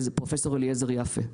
פרופ' אליעזר יפה.